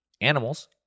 Animals